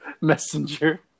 Messenger